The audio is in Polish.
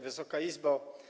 Wysoka Izbo!